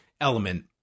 element